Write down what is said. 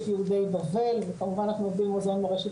יהודי בבל וכמובן אנחנו עובדים עם מוזיאונים מורשת